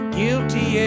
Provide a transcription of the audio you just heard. guilty